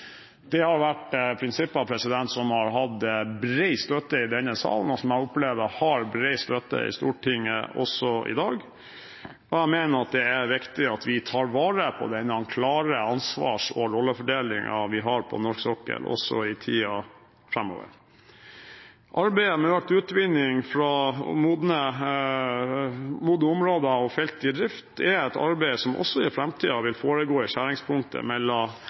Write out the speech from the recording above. hatt bred støtte i denne sal, og som jeg opplever har bred støtte i Stortinget også i dag. Jeg mener det er viktig at vi tar vare på den klare ansvars- og rollefordelingen vi har på norsk sokkel også i tiden framover. Arbeidet med økt utvinning fra modne områder og felt i drift er et arbeid som også i framtiden vil foregå i skjæringspunktet mellom